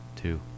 two